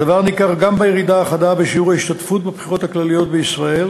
הדבר ניכר גם בירידה החדה בשיעור ההשתתפות בבחירות הכלליות בישראל,